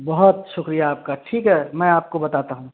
بہت شکریہ آپ کا ٹھیک ہے میں آپ کو بتاتا ہوں